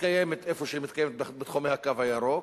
מתקיימת איפה שהיא מתקיימת, בתחומי "הקו הירוק",